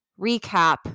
recap